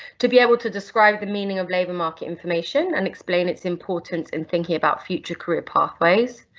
to be able to describe the meaning of labour market information and explain its importance in thinking about future career pathways.